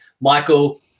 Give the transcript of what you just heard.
Michael